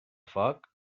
foc